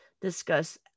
discuss